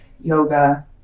yoga